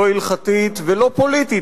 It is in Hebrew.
לא הלכתית ולא פוליטית,